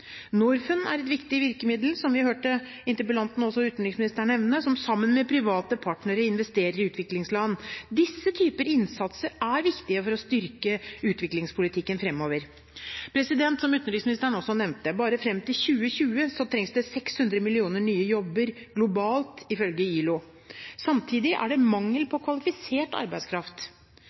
Norfund er et viktig virkemiddel – som vi hørte interpellanten og også utenriksministeren nevne – som sammen med private partnere investerer i utviklingsland. Disse typer innsats er viktig for å styrke i utviklingspolitikken fremover. Som utenriksministeren også nevnte: Bare fram til 2020 trengs det 600 millioner nye jobber globalt, ifølge ILO. Samtidig er det mangel på kvalifisert arbeidskraft.